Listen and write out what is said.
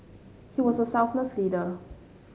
he was a selfless leader